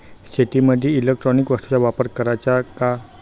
शेतीमंदी इलेक्ट्रॉनिक वस्तूचा वापर कराचा का?